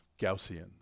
Gaussian